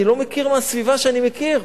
אני לא מכיר מהסביבה שאני מכיר.